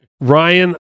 Ryan